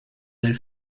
del